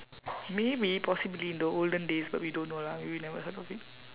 maybe possibly in the olden days but we don't know lah we never heard of it